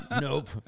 nope